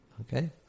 Okay